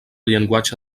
llenguatge